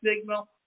signal